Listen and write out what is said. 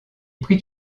prit